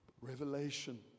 Revelation